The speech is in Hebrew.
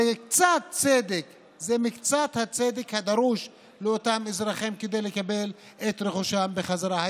זה מקצת הצדק הדרוש לאותם אזרחים כדי לקבל את רכושם בחזרה.